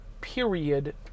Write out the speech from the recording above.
period